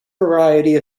variety